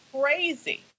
crazy